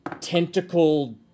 tentacled